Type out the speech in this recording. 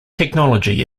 technology